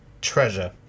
Treasure